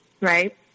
right